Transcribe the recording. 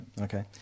Okay